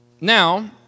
Now